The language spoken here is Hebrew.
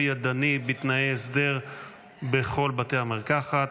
או ידני בתנאי הסדר בכל בתי המרקחת),